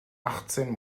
achtzehn